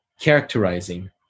characterizing